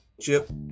Chip